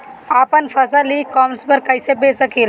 आपन फसल e commerce पर कईसे बेच सकिले?